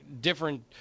different